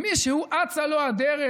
מישהו אצה לו הדרך,